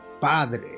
Padre